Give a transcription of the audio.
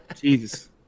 Jesus